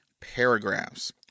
paragraphs